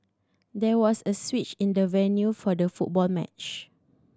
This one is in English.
there was a switch in the venue for the football match